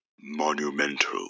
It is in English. monumental